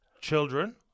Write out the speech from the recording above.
children